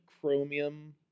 chromium